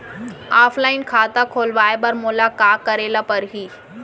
Offline खाता खोलवाय बर मोला का करे ल परही?